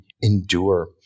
endure